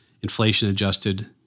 inflation-adjusted